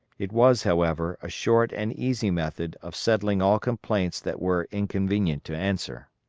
it was, however, a short and easy method of settling all complaints that were inconvenient to answer.